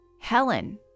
Helen